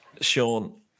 Sean